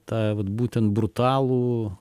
tą vat būtent brutalų